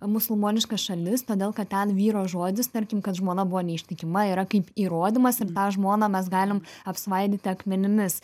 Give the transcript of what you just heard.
musulmoniškas šalis todėl kad ten vyro žodis tarkim kad žmona buvo neištikima yra kaip įrodymas ir tą žmoną mes galim apsvaidyti akmenimis